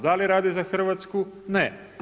Da li radi za Hrvatsku ne?